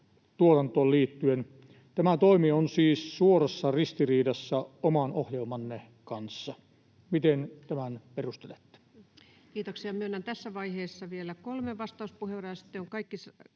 tuotantoon liittyen. Tämä toimi on siis suorassa ristiriidassa oman ohjelmanne kanssa. Miten tämän perustelette? Kiitoksia. — Myönnän tässä vaiheessa vielä kolme vastauspuheenvuoroa.